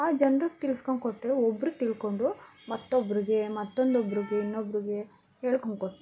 ಆ ಜನ್ರಿಗ್ ತಿಳ್ಸ್ಕೊಂಡ್ ಕೊಟ್ಟರೆ ಒಬ್ಬರು ತಿಳ್ಕೊಂಡು ಮತ್ತೊಬ್ರಿಗೆ ಮತ್ತೊಂದೊಬ್ರಿಗೆ ಇನ್ನೊಬ್ರಿಗೆ ಹೇಳ್ಕೊಂಡು ಕೊಟ್ಟು